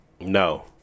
no